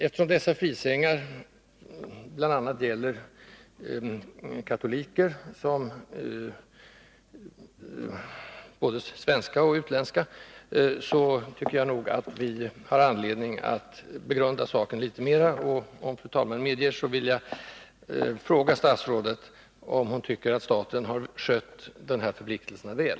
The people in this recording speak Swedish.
Eftersom dessa frisängar bl.a. gäller katoliker — både svenska och utländska-— tycker jag att vi har anledning att begrunda saken ytterligare, och — om fru talmannen medger det — vill jag fråga statsrådet om hon tycker att staten har skött de här förpliktelserna väl.